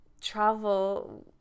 travel